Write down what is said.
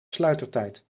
sluitertijd